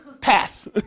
Pass